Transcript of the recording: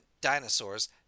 dinosaurs